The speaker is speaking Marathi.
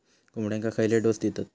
कोंबड्यांक खयले डोस दितत?